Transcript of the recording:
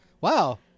Wow